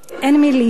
אין מלים.